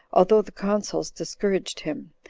although the consuls discouraged him,